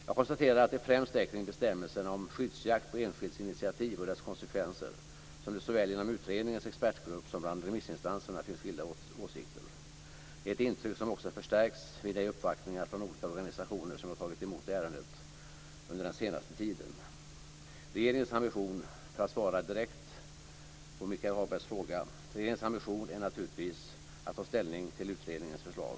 Jag konstaterar att det främst är kring bestämmelsen om skyddsjakt på enskilds initiativ och dess konsekvenser som det såväl inom utredningens expertgrupp som bland remissinstanserna finns skilda åsikter. Det är ett intryck som också förstärkts vid de uppvaktningar från olika organisationer som jag tagit emot i ärendet under den senaste tiden. Regeringens ambition, för att svara direkt på Michael Hagbergs fråga, är naturligtvis att snarast ta ställning till utredningens förslag.